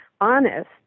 honest